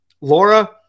Laura